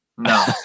No